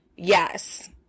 Yes